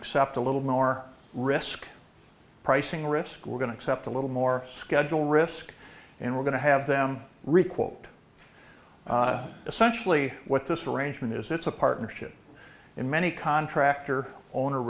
accept a little more risk pricing risk we're going to accept a little more schedule risk and we're going to have them requote essentially what this arrangement is it's a partnership in many contract or owner